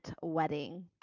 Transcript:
wedding